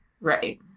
Right